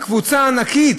וקבוצה ענקית,